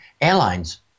airlines